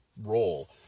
role